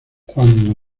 cuando